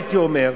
הייתי אומר,